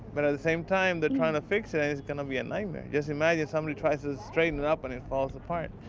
but at the same time they're trying to fiix it and it's going to be a nightmare. just imagine somebody tries to straighten it up and it falls apart.